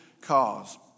cause